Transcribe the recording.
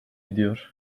ediyor